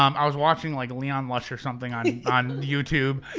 um i was watching like leon lush or something on on youtube,